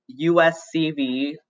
USCV